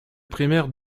primaire